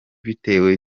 bitewe